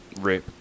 right